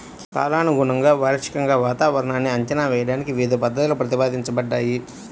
కాలానుగుణంగా, వార్షికంగా వాతావరణాన్ని అంచనా వేయడానికి వివిధ పద్ధతులు ప్రతిపాదించబడ్డాయి